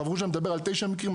הרב רוז'ה מדבר על 9 מקרים,